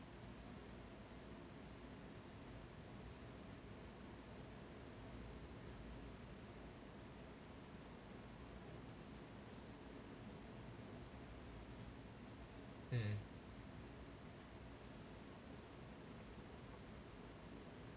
mm